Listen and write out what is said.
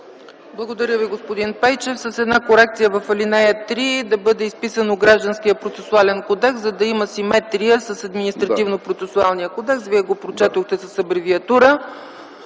Благодаря Ви, господин Пейчев. С една корекция в ал. 3 да бъде изписано Гражданския процесуален кодекс, за да има симетрия с Административнопроцесуалния кодекс. Вие го прочетохте с абревиатура.